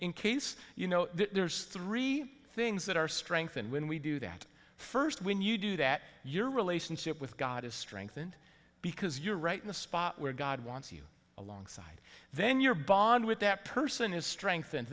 case you know there's three things that are strengthened when we do that first when you do that your relationship with god is strengthened because you're right in the spot where god wants you along side then your bond with that person is strengthen